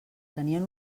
tenien